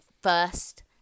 first